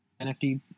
NFT